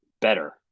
better